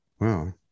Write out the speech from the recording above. Wow